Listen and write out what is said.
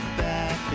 back